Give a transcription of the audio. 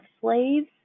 slaves